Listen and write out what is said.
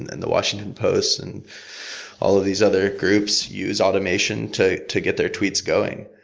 and and the washington post and all of these other groups use automation to to get their tweets going.